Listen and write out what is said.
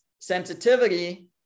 sensitivity